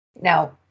Now